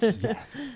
Yes